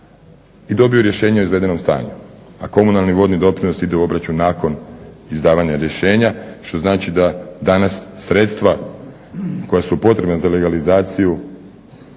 i dobiju rješenje o izvedenom stanju. A komunalni vodni doprinos ide u obračun nakon izdavanja rješenja, što znači da danas sredstva koja su potrebna za legalizaciju